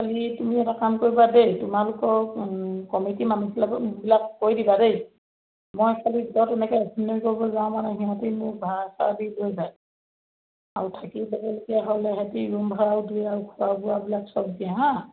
খালি তুমি এটা কাম কৰিবা দেই তোমালোকৰ কমিটি মানুহবিলাকো কৈ দিবা দেই মই খালি এনেকে কৰিব যাওঁ মানে সিহঁতে মোক ভাড়া চাৰা দি লৈ যায় আৰু থাকি পলে যেতিয়া হ'লে সিহঁতি ৰুম ভাড়াও দিয়ে আৰু খোৱা বোৱাবিলাক চব দিয়ে হা